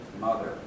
mother